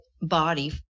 body